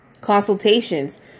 consultations